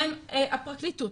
שהפרקליטות,